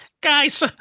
Guys